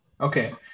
Okay